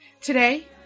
Today